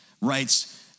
writes